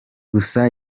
gusa